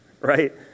Right